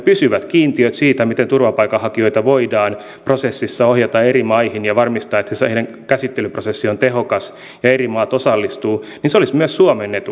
pysyvät kiintiöt siitä miten turvapaikanhakijoita voidaan prosessissa ohjata eri maihin ja varmistaa että käsittelyprosessi on tehokas ja eri maat osallistuvat olisivat myös suomen etu